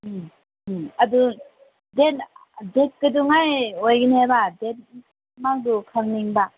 ꯎꯝ ꯎꯝ ꯑꯗꯨ ꯗꯦꯠ ꯀꯩꯗꯧꯉꯩ ꯑꯣꯏꯒꯅꯦꯕ ꯗꯦꯠ ꯈꯪꯅꯤꯡꯕ